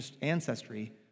ancestry